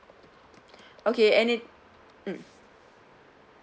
okay any mm